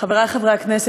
חברי חברי הכנסת,